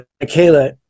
Michaela